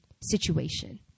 situation